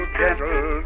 gentle